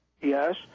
Yes